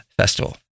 Festival